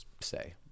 say